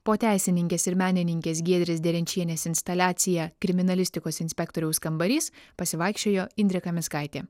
po teisininkės ir menininkės giedrės derenčienės instaliaciją kriminalistikos inspektoriaus kambarys pasivaikščiojo indrė kaminskaitė